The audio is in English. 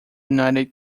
united